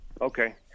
Okay